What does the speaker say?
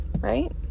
Right